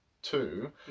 two